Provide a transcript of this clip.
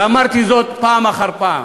ואמרתי זאת פעם אחר פעם.